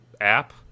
app